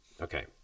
Okay